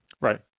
Right